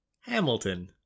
Hamilton